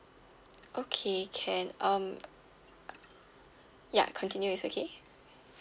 okay can um ya continue it's okay